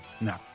No